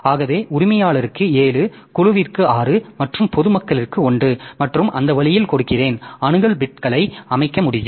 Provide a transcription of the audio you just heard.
ஆகவே உரிமையாளருக்கு 7 குழுவுக்கு 6 மற்றும் பொது மக்களுக்கு 1 மற்றும் அந்த வழியில் கொடுக்கிறேன் அணுகல் பிட்களை அமைக்க முடியும்